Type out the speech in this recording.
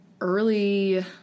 early –